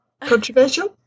Controversial